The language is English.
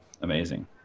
Amazing